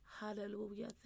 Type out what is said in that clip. Hallelujah